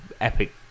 epic